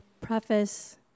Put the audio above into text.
preface